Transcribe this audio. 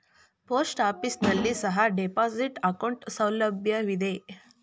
post office ನಲ್ಲಿ ಸಹ deposit account ಸೌಲಭ್ಯವಿದೆ